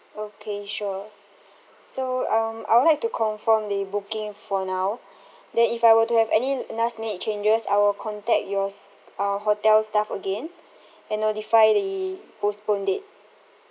okay sure so um I would like to confirm the booking for now then if I were to have any l~ last minute changes I will contact your s~ uh hotel staff again and notify the postpone date